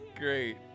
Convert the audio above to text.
Great